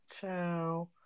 Ciao